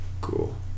Cool